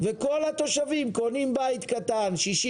וכל התושבים קונים בית קטן של 60,